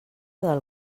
del